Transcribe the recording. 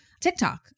TikTok